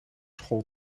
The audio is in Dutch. school